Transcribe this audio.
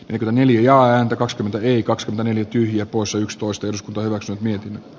ek neljään teos pyörii kaks neljä tyhjä poissa yksitoista josh merkitään